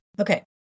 Okay